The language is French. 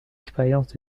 expérience